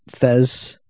Fez